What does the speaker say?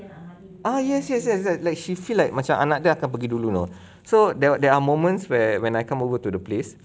ah yes yes yes that like she feel like macam anak dia akan pergi dulu you know so there are moments where when I come over to the place